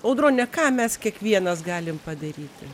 audrone ką mes kiekvienas galim padaryti